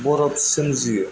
बरफ सोमजियो